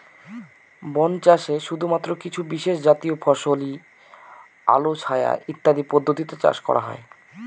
বন চাষে শুধুমাত্র কিছু বিশেষজাতীয় ফসলই আলো ছায়া ইত্যাদি পদ্ধতিতে চাষ করা হয়